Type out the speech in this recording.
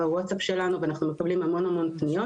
הוואטסאפ שלנו ואנחנו מקבלים המון פניות.